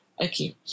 Okay